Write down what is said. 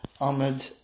Ahmed